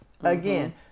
Again